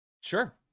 Sure